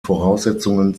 voraussetzungen